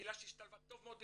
קהילה שהשתלבה טוב מאוד בטבריה,